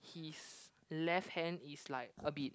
his left hand is like a bit